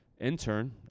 intern